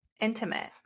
intimate